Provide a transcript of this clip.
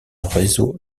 réseau